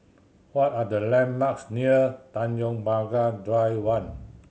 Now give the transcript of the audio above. what are the landmarks near Tanjong Pagar Drive One